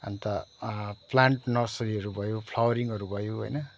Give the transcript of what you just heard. अन्त प्लान्ट नर्सरीहरू भयो फ्लवरिङहरू भयो होइन